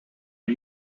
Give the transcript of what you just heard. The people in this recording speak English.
are